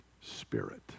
Spirit